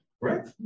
right